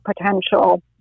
potential